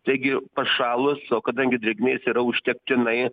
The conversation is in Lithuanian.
taigi pašalus o kadangi drėgmės yra užtektinai